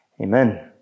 Amen